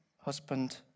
husband